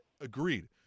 agreed